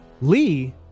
Lee